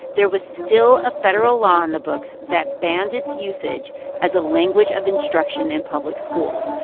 there was still a federal law in the books that banned its usage as a language of instruction in public schools,